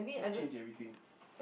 just change everything